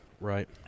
Right